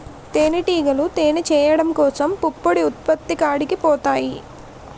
తేనిటీగలు తేనె చేయడం కోసం పుప్పొడి ఉత్పత్తి కాడికి పోతాయి